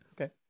Okay